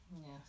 Yes